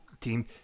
team